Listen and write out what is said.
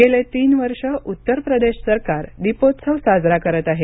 गेले तीन वर्ष उत्तर प्रदेश सरकार दीपोत्सव साजरा करत आहे